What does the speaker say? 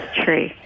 true